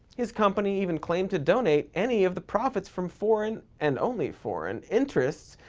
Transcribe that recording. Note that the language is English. his company even claimed to donate any of the profits from foreign, and only foreign, interests,